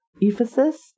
ephesus